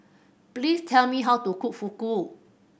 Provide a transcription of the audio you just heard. please tell me how to cook Fugu